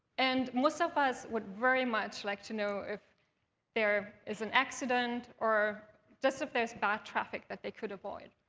and most of us would very much like to know if there is an accident or just if there's bad traffic that they could avoid.